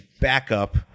backup